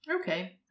Okay